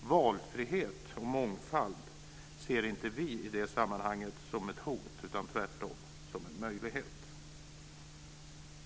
Valfrihet och mångfald ser inte vi i det sammanhanget som ett hot utan tvärtom som en möjlighet.